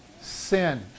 sin